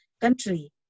country